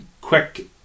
Quick